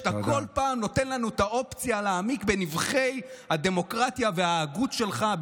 שאתה כל פעם נותן לנו את האופציה להעמיק בנבכי הדמוקרטיה וההגות שלך.